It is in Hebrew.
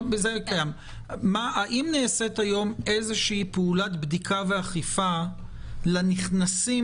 האם נעשית היום איזו פעולת בדיקה ואכיפה לנכנסים